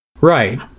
Right